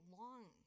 long